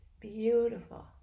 beautiful